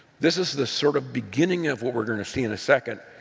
this is the sort of beginning of what we're going to see in a second.